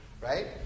right